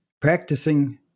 practicing